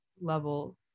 level